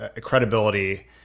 credibility